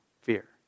fear